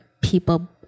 people